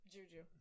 Juju